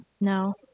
No